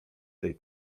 tej